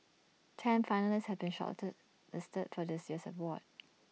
ten finalists have been short listed for this year's award